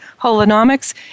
Holonomics